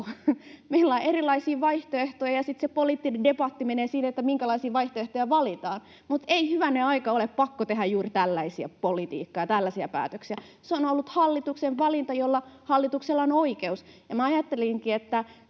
Meillä on erilaisia vaihtoehtoja, ja sitten se poliittinen debatti menee siinä, minkälaisia vaihtoehtoja valitaan, mutta ei hyvänen aika ole pakko tehdä juuri tällaista politiikkaa ja tällaisia päätöksiä. Se on ollut hallituksen valinta, johon hallituksella on oikeus. Minä ajattelinkin,